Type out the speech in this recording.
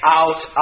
out